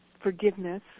forgiveness